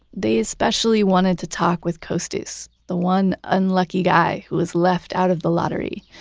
they especially wanted to talk with costis, the one unlucky guy who was left out of the lottery.